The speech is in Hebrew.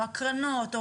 מהקרנות,